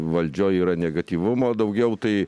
valdžioj yra negatyvumo daugiau tai